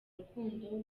rukundo